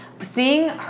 Seeing